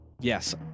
yes